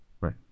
Right